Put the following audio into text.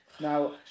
Now